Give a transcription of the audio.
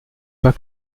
pas